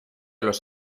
los